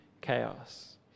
chaos